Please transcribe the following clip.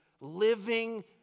living